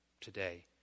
today